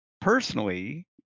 Personally